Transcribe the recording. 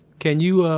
can you, ah,